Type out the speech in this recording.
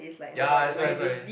ya that's why that's why